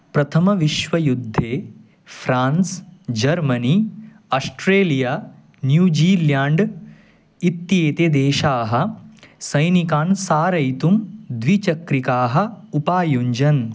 प्रथमविश्वयुद्धे France Germany Australia New Zealand इत्येते देशाः सैनिकान् सारयितुं द्विचक्रिकाः उपायुञ्जन्